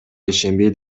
ишенбей